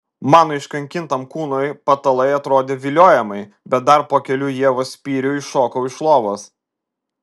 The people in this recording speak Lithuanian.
mano iškankintam kūnui patalai atrodė viliojamai bet dar po kelių ievos spyrių iššokau iš lovos